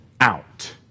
out